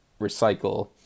recycle